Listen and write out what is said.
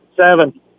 Seven